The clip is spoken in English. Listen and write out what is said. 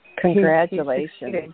Congratulations